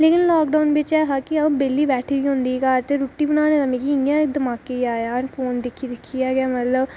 ते लाकडाऊन बिच ऐहा केह् हा कि अं'ऊ बेह्ली बैठी दी होंदी ही घर रुट्टी बनाने ई मिगी इं'या आया फोन दिक्खी दिक्खियै गै मतलब